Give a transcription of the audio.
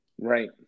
Right